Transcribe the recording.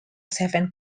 seven